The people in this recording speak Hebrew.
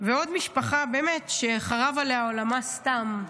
ועוד משפחה שבאמת חרב עליה עולמה סתם,